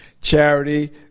Charity